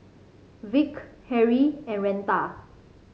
Vick Harrie and Retha